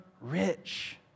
rich